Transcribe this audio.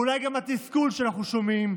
ואולי גם התסכול שאנחנו שומעים,